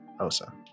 Osa